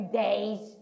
days